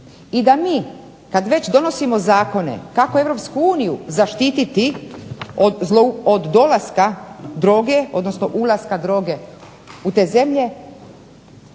i da mi kada već donosimo zakone kako EU zaštititi od dolaska droge odnosno ulaska droge u te zemlje